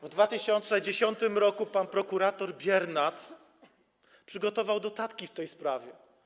W 2010 r. pan prokurator Biernat przygotował notatki w tej sprawie.